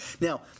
Now